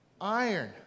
iron